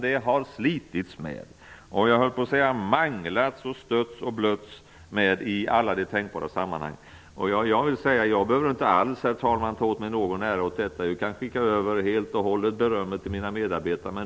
Det har manglats, stötts och blötts i alla tänkbara sammanhang. Jag behöver inte, herr talman, ta åt mig någon ära av detta. Jag skickar helt och hållet över berömmet till mina medarbetare.